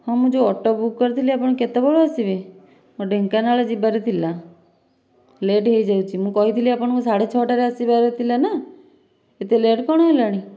ହଁ ମୁଁ ଯେଉଁ ଅଟୋ ବୁକ କରିଥିଲି ଆପଣ କେତେବେଳେ ଆସିବେ ଢେଙ୍କାନାଳ ଯିବାର ଥିଲା ଲେଟ ହୋଇଯାଉଛି ମୁଁ କହିଥିଲି ଆପଣଙ୍କୁ ସାଢ଼େ ଛଅଟାରେ ଆସିବାର ଥିଲା ନା ଏତେ ଲେଟ କ'ଣ ହେଲାଣି